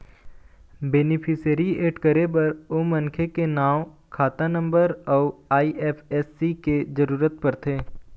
beneficiary add करे बर ओ मनखे के नांव, खाता नंबर अउ आई.एफ.एस.सी के जरूरत परथे